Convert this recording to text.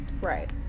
right